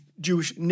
Jewish